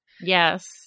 Yes